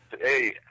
hey